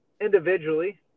individually